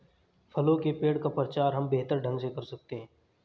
फलों के पेड़ का प्रचार हम बेहतर ढंग से कर सकते हैं